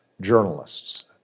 journalists